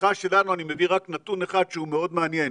לשיחה שלנו אני מביא רק נתון אחד שהוא מאוד מעניין.